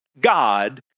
God